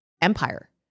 empire